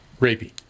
rapey